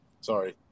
sorry